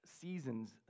seasons